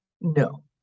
no